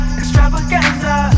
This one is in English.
extravaganza